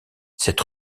cette